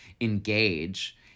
engage